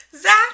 Zach